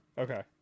Okay